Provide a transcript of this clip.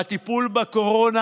בטיפול בקורונה.